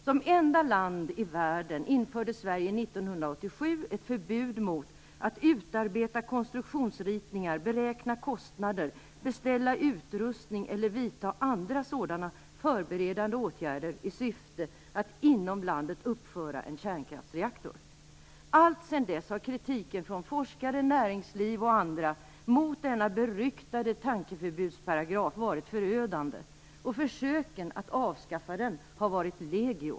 Som enda land i världen införde Sverige 1987 ett förbud mot att utarbeta konstruktionsritningar, beräkna kostnader, beställa utrustning eller vidta andra sådana förberedande åtgärder i syfte att inom landet uppföra en kärnkraftreaktor. Alltsedan dess har kritiken från forskare, näringsliv och andra mot denna beryktade tankeförbudsparagraf varit förödande, och försöken att avskaffa den har varit legio.